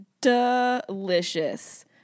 Delicious